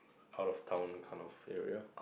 out of town kind of area